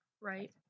right